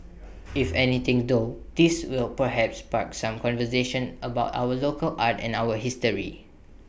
if anything though this will perhaps spark some conversations about our local art and our history